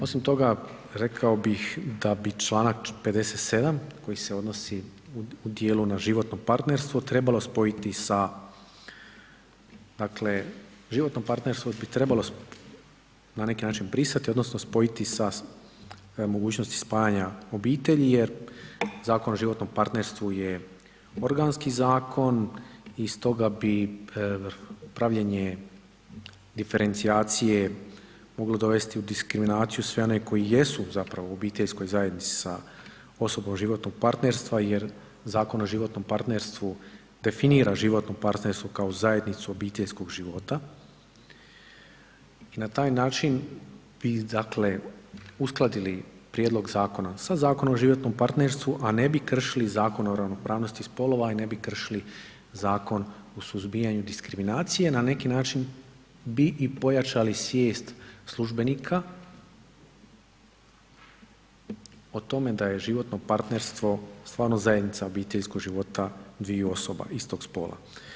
Osim toga rekao bih da bi čl. 57. koji se odnosi u dijelu na životno partnerstvo trebalo spojiti sa dakle životno partnerstvo bi trebalo na neki način brisati odnosno spojiti sa mogućnosti spajanja obitelji jer Zakon o životnom partnerstvu je organski zakon i stoga bi pravljenje diferencijacije moglo dovesti u diskriminaciju sve one koji jesu u obiteljskoj zajednici sa osobom životnog partnerstva jer Zakon o životnom partnerstvu definira životno partnerstvo kao zajednicu obiteljskog života i na taj način bi uskladili prijedlog zakona sa Zakonom o životnom partnerstvu, a ne bi kršili Zakon o ravnopravnosti spolova i ne bi kršili Zakon o suzbijanju diskriminacije, na neki način bi i pojačali svijest službenika o tome da je životno partnerstvo stvarno zajednica obiteljskog života istog spola.